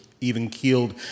even-keeled